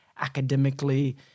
academically